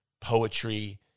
poetry